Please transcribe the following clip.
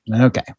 Okay